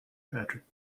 patrick